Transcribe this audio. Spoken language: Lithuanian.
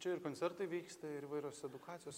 čia koncertai vyksta ir įvairios edukacijos